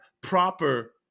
proper